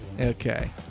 Okay